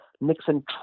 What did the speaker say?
Nixon